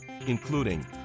including